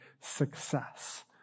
success